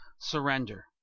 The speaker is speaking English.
surrender